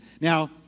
Now